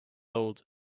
old